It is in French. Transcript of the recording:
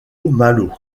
malo